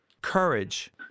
Courage